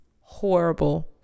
horrible